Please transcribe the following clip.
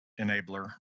enabler